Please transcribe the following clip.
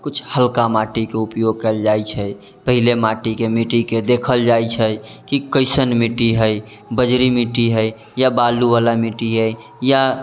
किछु हल्का माटीके उपयोग कएल जाइ छै पहिले मिट्टीके देखल जाइ छै कि कइसन मिट्टी हइ बजरी मिट्टी हइ या बालूवला मिट्टी हइ या